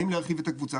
האם להרחיב את הקבוצה?